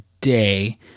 day